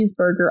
cheeseburger